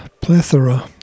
plethora